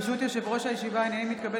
אני קורא